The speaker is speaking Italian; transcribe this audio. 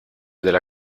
della